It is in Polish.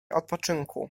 odpoczynku